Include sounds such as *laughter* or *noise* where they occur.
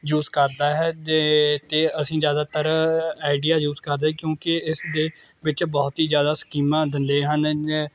use ਕਰਦਾ ਹੈ ਜੇ ਅਤੇ ਅਸੀਂ ਜ਼ਿਆਦਾਤਰ ਆਈਡੀਆ ਯੂਸ ਕਰਦੇ ਹਾਂ ਕਿਉਂਕੀ ਇਸਦੇ ਵਿੱਚ ਬਹੁਤ ਹੀ ਜ਼ਿਆਦਾ ਸਕੀਮਾਂ ਦਿੰਦੇ ਹਨ *unintelligible*